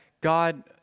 God